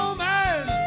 man